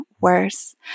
worse